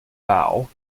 bow